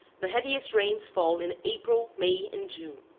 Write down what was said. the heaviest rains fall in april, may, and june.